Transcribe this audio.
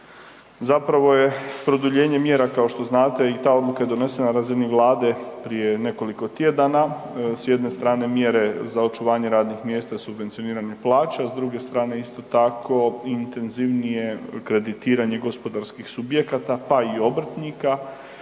zapravo je produljenje mjera kao što znate i ta odluka je donesena na razini vlade prije nekoliko tjedana. S jedne strane mjere za očuvanje radnih mjesta i subvencioniranje plaća, a s druge strane isto tako intenzivnije kreditiranje gospodarskih subjekata, pa i obrtnika.